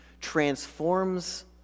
transforms